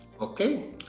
Okay